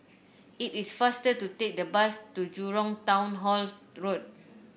it is faster to take the bus to Jurong Town Hall Road